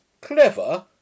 Clever